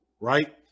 Right